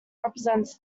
represents